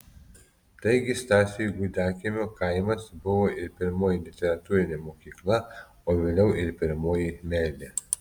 taigi stasiui gudakiemio kaimas buvo ir pirmoji literatūrinė mokykla o vėliau ir pirmoji meilė